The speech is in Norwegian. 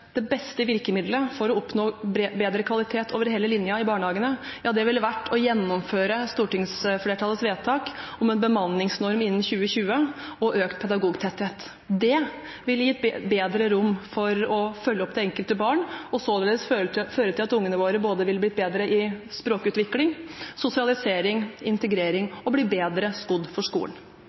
det beste virkemidlet for å oppnå bedre kvalitet over hele linjen i barnehagen, ville vært å gjennomføre stortingsflertallets vedtak om en bemanningsnorm innen 2020 og økt pedagogtetthet. Det ville ha gitt bedre rom for å følge opp det enkelte barn og således ha ført til at barna våre ville få bedre språkutvikling, sosialisering og integrering og være bedre skodd for skolen.